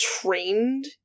trained